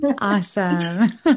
Awesome